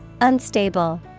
Unstable